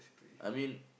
I mean